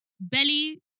Belly